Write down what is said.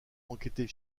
enquêter